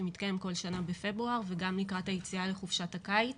שמתקיים כל שנה בפברואר וגם לקראת היציאה לחופשת הקיץ.